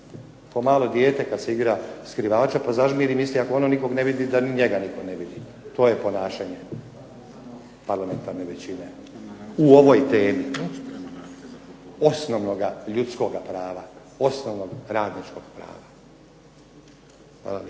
Kao malo dijete kad se igra skrivača pa zažmiri, misli ako ono nikog ne vidi da ni njega nitko ne vidi. To je ponašanje parlamentarne većine u ovoj temi, osnovnoga ljudskog prava, osnovnog radničkog prava. Hvala